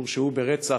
שהורשעו ברצח.